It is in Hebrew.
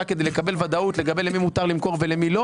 כדי לקבל ודאות למי מותר למכור ולמי לא